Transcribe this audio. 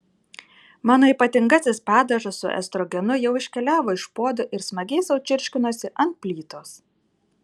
mano ypatingasis padažas su estrogenu jau iškeliavo iš puodo ir smagiai sau čirškinosi ant plytos